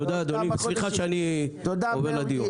תודה, אדוני, וסליחה שאני עובר לדיון אחר.